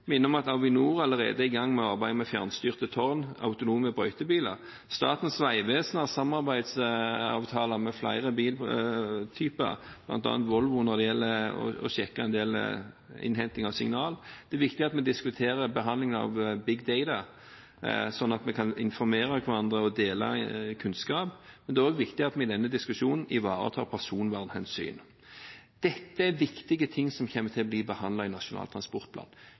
minner om at Avinor allerede er i gang med arbeidet med fjernstyrte tog og autonome brøytebiler. Statens vegvesen har samarbeidsavtaler med flere biltyper, bl.a. Volvo, når det gjelder å sjekke innhenting av signaler. Det er viktig at vi diskuterer behandlingen av Big Data, slik at vi kan informere hverandre og dele kunnskap, men det er også viktig at vi i denne diskusjonen ivaretar personvernhensyn. Dette er viktige ting som kommer til å bli behandlet i Nasjonal transportplan